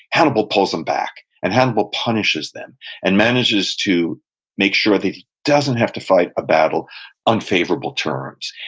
hannibal pulls them back, and hannibal punishes them and manages to make sure that he doesn't have to fight a battle unfavorable terms.